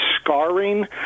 scarring